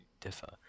differ